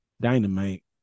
Dynamite